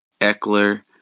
Eckler